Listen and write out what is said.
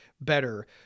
better